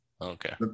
Okay